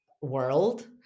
world